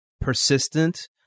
persistent